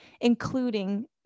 including